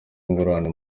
ingurane